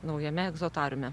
naujame egzotariume